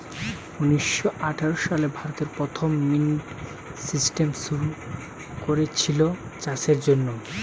ঊনিশ শ আঠাশ সালে ভারতে প্রথম মান্ডি সিস্টেম শুরু কোরেছিল চাষের জন্যে